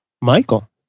Michael